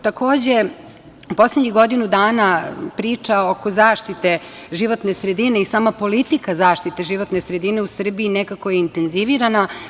Takođe, u poslednjih godinu dana priča oko zaštite životne sredine i sama politika zaštite životne sredine u Srbiji nekako je intenzivirana.